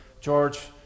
George